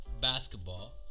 basketball